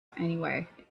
anyway